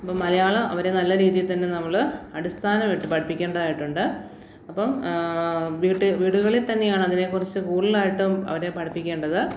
അപ്പോള് മലയാളം അവരെ നല്ല രീതിയില് തന്നെ നമ്മള് അടിസ്ഥനമായിട്ട് പഠിപ്പിക്കേണ്ടതായിട്ടുണ്ട് അപ്പോള് വീടുകളിൽ തന്നെയാണതിനെക്കുറിച്ച് കൂടുതലായിട്ടും അവരെ പഠിപ്പിക്കേണ്ടത്